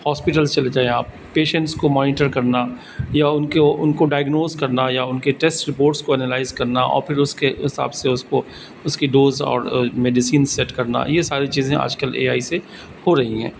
hospitals چلے جائیں آپ پیشنٹس کو مونیٹر کرنا یا ان کو ان کو ڈائگنوز کرنا یا ان کے ٹیسٹ رپورٹس کو اینالائز کرنا اور پھر اس کے حساب سے اس کو اس کی ڈوز اور میڈیسین سیٹ کرنا یہ ساری چیزیں آج کل اے آئی سے ہو رہی ہیں